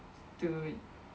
dude